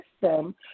system